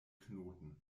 knoten